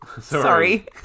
Sorry